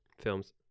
Films